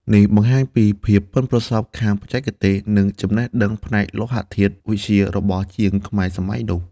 នេះបង្ហាញពីភាពប៉ិនប្រសប់ខាងបច្ចេកទេស និងចំណេះដឹងផ្នែកលោហធាតុវិទ្យារបស់ជាងខ្មែរសម័យនោះ។